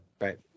Right